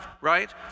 right